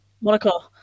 Monaco